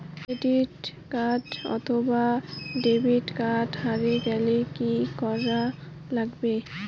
Credit card অথবা debit card হারে গেলে কি করা লাগবে?